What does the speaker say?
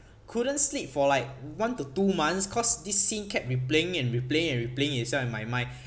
couldn't sleep for like one to two months cause this scene kept replaying and replaying and replaying itself in my mind